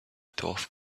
thought